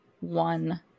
one